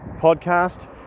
podcast